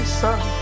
son